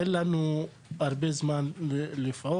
אין לנו הרבה זמן לפעול.